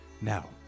Now